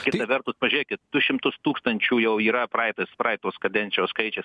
kita vertus pažiūrėkit du šimtus tūkstančių jau yra praeitas praeitos kadencijos skaičius